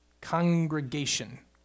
congregation